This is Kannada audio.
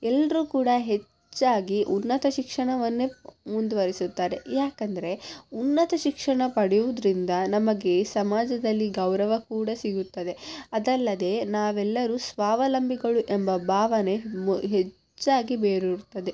ಎಲ್ಲರೂ ಕೂಡ ಹೆಚ್ಚಾಗಿ ಉನ್ನತ ಶಿಕ್ಷಣವನ್ನೇ ಮುಂದುವರಿಸುತ್ತಾರೆ ಯಾಕಂದರೆ ಉನ್ನತ ಶಿಕ್ಷಣ ಪಡಿಯೋದ್ರಿಂದ ನಮಗೆ ಸಮಾಜದಲ್ಲಿ ಗೌರವ ಕೂಡ ಸಿಗುತ್ತದೆ ಅದಲ್ಲದೆ ನಾವೆಲ್ಲರು ಸ್ವಾವಲಂಬಿಗಳು ಎಂಬ ಭಾವನೆ ಮ ಹೆಚ್ಚಾಗಿ ಬೇರೂರ್ತದೆ